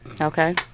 Okay